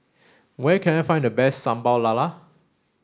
where can I find the best Sambal Lala